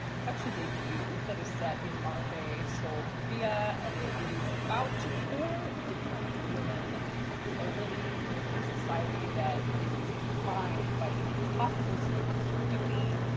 it's actually a debut that is set in modern-day seoul, korea. and it is about four different women who are living in a society that is defined by impossible standards of beauty,